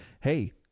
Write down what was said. hey